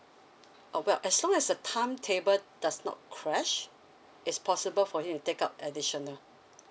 uh well as long as the time table does not clash it's possible for him to take up additional